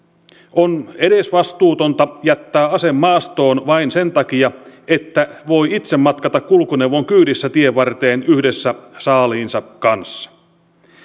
on edesvastuutonta jättää ase maastoon vain sen takia että voi itse matkata kulkuneuvon kyydissä tienvarteen yhdessä saaliinsa kanssa